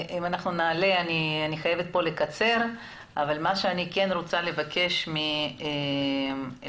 אני חייבת לקצר אבל אני רוצה לבקש מלירית